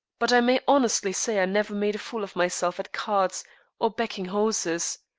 but i may honestly say i never made a fool of myself at cards or backing horses.